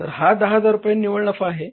तर हा 10000 रुपये निव्वळ नफा आहे